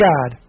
God